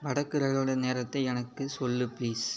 வடக்கு ரயிலோடய நேரத்தை எனக்கு சொல்லு பிளீஸ்